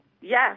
Yes